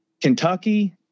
Kentucky